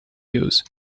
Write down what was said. use